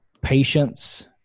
Patience